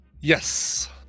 Yes